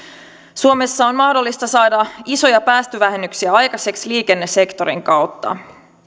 suomessa on mahdollista saada isoja päästövähennyksiä aikaiseksi liikennesektorin kautta